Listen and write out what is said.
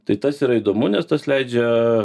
tai tas yra įdomu nes tas leidžia